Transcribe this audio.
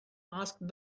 asked